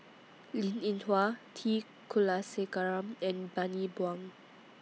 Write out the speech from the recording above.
Linn in Hua T Kulasekaram and Bani Buang